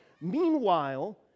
Meanwhile